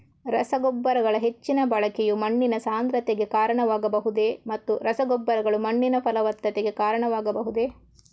ರಸಗೊಬ್ಬರಗಳ ಹೆಚ್ಚಿನ ಬಳಕೆಯು ಮಣ್ಣಿನ ಸಾಂದ್ರತೆಗೆ ಕಾರಣವಾಗಬಹುದೇ ಮತ್ತು ರಸಗೊಬ್ಬರಗಳು ಮಣ್ಣಿನ ಫಲವತ್ತತೆಗೆ ಕಾರಣವಾಗಬಹುದೇ?